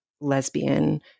lesbian